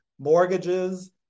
mortgages